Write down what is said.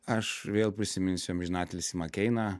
aš vėl prisiminsiu amžinatilsį makeiną